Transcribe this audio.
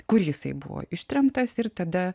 kur jisai buvo ištremtas ir tada